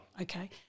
okay